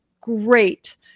great